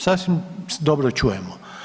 Sasvim dobro čujemo.